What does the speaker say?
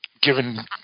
given